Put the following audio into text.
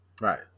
Right